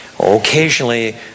occasionally